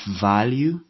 value